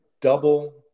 double